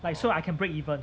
like so I can break even